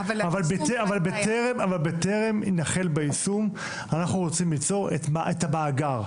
אבל בטרם נחל ביישום אנחנו רוצים ליצור את המאגר.